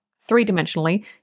three-dimensionally